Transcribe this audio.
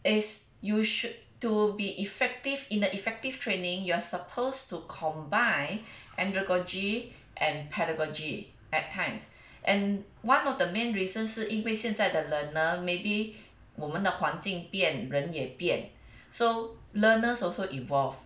is you should to be effective in the effective training you are supposed to combine andragogy and pedagogy at times and one of the main reason 是因为现在的 learner maybe 我们的环境变人也变 so learners also evolved